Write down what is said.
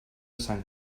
sant